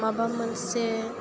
माबा मोनसे